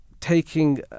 taking